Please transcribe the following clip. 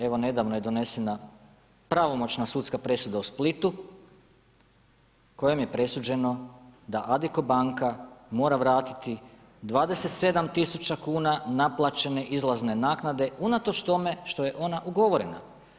Evo nedavno je donesena pravomoćna sudska presuda u Splitu kojom je presuđeno da Addiko banka mora vratiti 27000 kuna naplaćene izlazne naknade unatoč tome što je ona ugovorena.